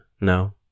no